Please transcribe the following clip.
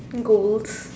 goals